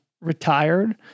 retired